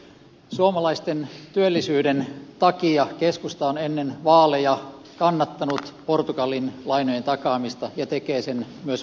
suomalaisten työllisyyden takia keskusta on ennen vaaleja kannattanut portugalin lainojen takaamista ja tekee sen myös vaalien jälkeen